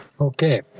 Okay